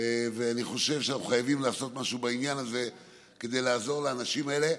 אני חושב שאנחנו חייבים לעשות משהו בעניין הזה כדי לעזור לאנשים האלה.